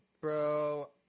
bro